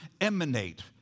emanate